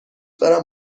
دارم